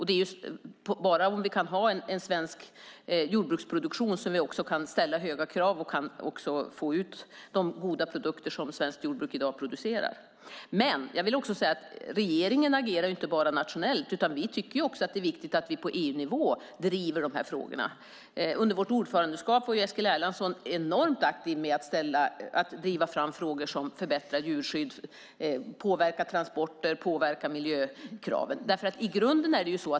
Det är bara om vi kan ha en svensk jordbruksproduktion som vi också kan ställa höga krav och också få ut de goda produkter som svenskt jordbruk i dag producerar. Men regeringen agerar inte bara nationellt. Vi tycker också att det är viktigt att vi på EU-nivå driver dessa frågor. Under vårt ordförandeskap var Eskil Erlandsson enormt aktiv i att driva fram frågor som förbättrar djurskydd, påverkar transporter och miljökraven.